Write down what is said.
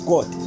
God